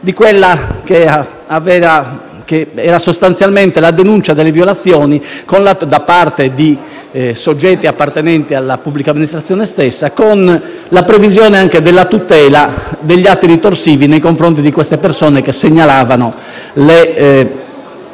di quella che era sostanzialmente la denuncia delle violazioni da parte di soggetti appartenenti alla pubblica amministrazione stessa con la previsione della tutela dagli atti ritorsivi nei confronti delle persone che segnalavano questi